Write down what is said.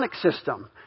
system